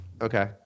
Okay